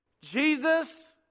Jesus